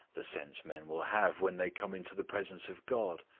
the sense men will have when they come into the presence of god.